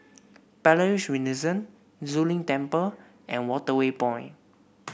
Palais Renaissance Zu Lin Temple and Waterway Point